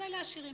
אבל אלה העשירים.